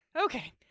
Okay